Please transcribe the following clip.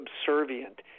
subservient